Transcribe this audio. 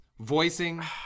voicing